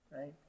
right